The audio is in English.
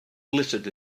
glittered